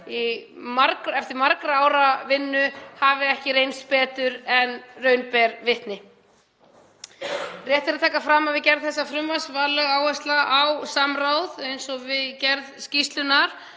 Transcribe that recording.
eftir margra ára vinnu hafi ekki reynst betur en raun ber vitni. Rétt er að taka fram að við gerð þessa frumvarps var lögð áhersla á samráð eins og við gerð skýrslunnar.